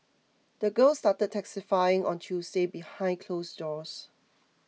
the girl started testifying on Tuesday behind closed doors